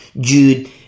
Jude